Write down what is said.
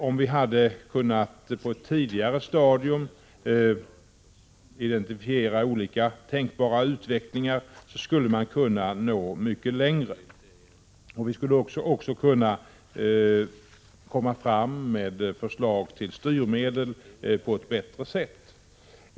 Om vi på ett tidigare stadium hade kunnat identifiera olika tänkbara utvecklingar skulle det gå att nå mycket längre. Vi skulle också bättre än nu kunna lägga fram förslag till styrmedel.